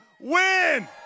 win